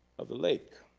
of the lake.